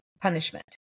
punishment